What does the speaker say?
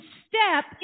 step